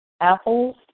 apples